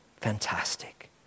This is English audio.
fantastic